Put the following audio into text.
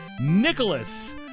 Nicholas